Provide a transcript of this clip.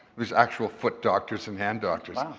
there's actual foot doctors and hand doctors.